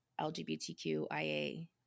LGBTQIA